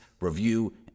review